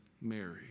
Mary